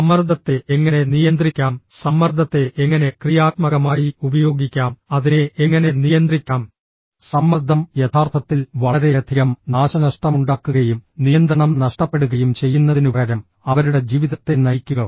സമ്മർദ്ദത്തെ എങ്ങനെ നിയന്ത്രിക്കാം സമ്മർദ്ദത്തെ എങ്ങനെ ക്രിയാത്മകമായി ഉപയോഗിക്കാം അതിനെ എങ്ങനെ നിയന്ത്രിക്കാം സമ്മർദ്ദം യഥാർത്ഥത്തിൽ വളരെയധികം നാശനഷ്ടമുണ്ടാക്കുകയും നിയന്ത്രണം നഷ്ടപ്പെടുകയും ചെയ്യുന്നതിനുപകരം അവരുടെ ജീവിതത്തെ നയിക്കുക